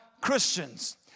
Christians